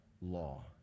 law